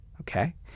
Okay